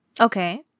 Okay